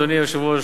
אדוני היושב-ראש,